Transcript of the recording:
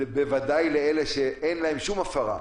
בוודאי לאלה שאין להם שום הפרה,